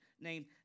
named